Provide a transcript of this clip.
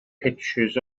pictures